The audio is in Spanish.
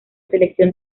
selección